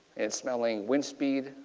and smelling wind speed,